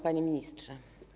Panie Ministrze!